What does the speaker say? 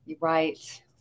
Right